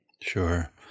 Sure